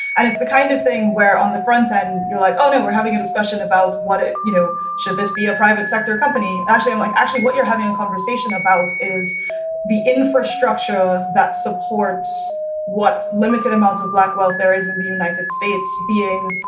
and it's the kind of thing where on the front end you're like, oh, no, we're having a discussion about what, ah you know, should this be a private sector company, actually. and like actually what you're having a conversation about is the infrastructure that supports what limited amounts of black wealth there is in the united states being,